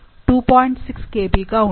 6 Kb గా ఉంటుంది